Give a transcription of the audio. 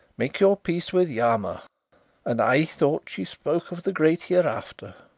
make your peace with yama and i thought she spoke of the great hereafter!